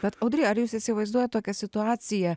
bet audry ar jūs įsivaizduojat tokią situaciją